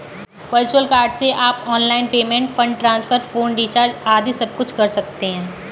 virtual card से आप online payment, fund transfer, phone recharge आदि सबकुछ कर सकते हैं